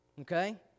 Okay